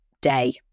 day